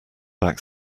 back